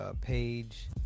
page